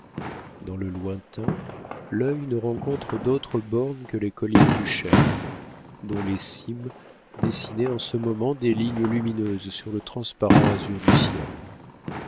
dans le lointain l'œil ne rencontre d'autres bornes que les collines du cher dont les cimes dessinaient en ce moment des lignes lumineuses sur le transparent azur du ciel